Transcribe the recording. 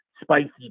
spicy